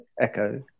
Echo